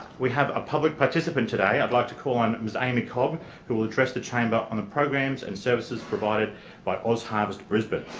we have a public participant today. i'd like to call on ms amy cobb who will address the chamber on programs and services provided by ozharvest brisbane.